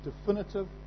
definitive